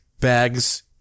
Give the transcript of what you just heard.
bags